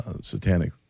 satanic